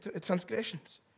transgressions